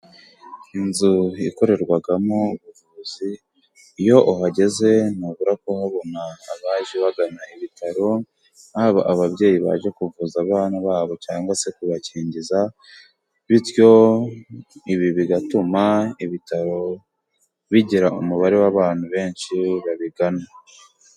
Inzu yakorerwagamo ubuvuzi, iyo uhageze ntubura kuhabona abaje bagana ibitaro. Haba ababyeyi baje kuvuza abana babo, cyangwa se kubakingiza, bityo ibi bigatuma ibitaro bigira umubare w'abantu benshi babigana.